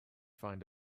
find